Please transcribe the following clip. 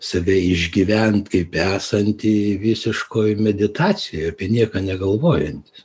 save išgyvent kaip esantį visiškoj meditacijoj apie nieką negalvojantis